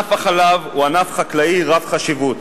ענף החלב הוא ענף חקלאי רב-חשיבות.